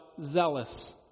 zealous